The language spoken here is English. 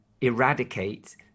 eradicate